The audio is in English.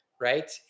right